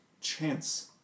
chance